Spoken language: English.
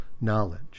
knowledge